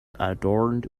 adorned